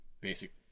basic